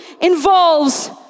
involves